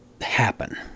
happen